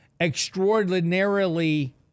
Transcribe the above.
extraordinarily